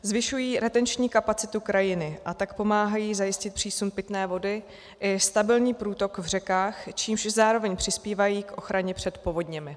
Zvyšují retenční kapacitu krajiny, a tak pomáhají zajistit přísun pitné vody i stabilní průtok v řekách, čímž zároveň přispívají k ochraně před povodněmi.